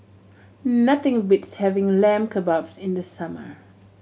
nothing beats having Lamb Kebabs in the summer